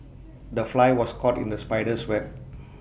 the fly was caught in the spider's web